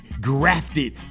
grafted